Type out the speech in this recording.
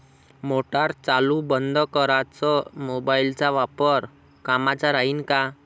Motor चालू बंद कराच मोबाईलचा वापर कामाचा राहीन का?